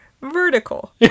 vertical